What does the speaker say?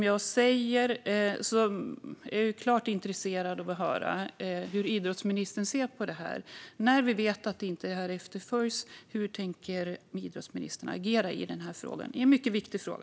Jag är intresserad av att höra hur idrottsministern ser på detta. När vi nu vet att detta inte efterföljs, hur tänker idrottsministern agera i denna mycket viktiga fråga?